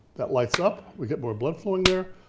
that lights up, we get more blood flowing there.